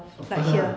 of course ah